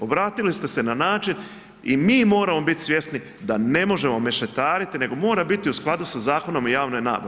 Obratili ste se na način i mi moramo biti svjesni da ne možemo mešetariti nego mora biti u skladu sa Zakonom o javnoj nabavi.